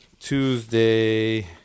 Tuesday